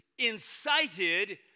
incited